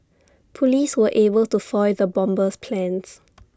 Police were able to foil the bomber's plans